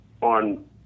on